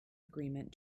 agreement